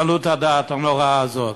קלות הדעת הנוראה הזאת?